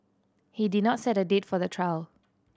he did not set a date for the trial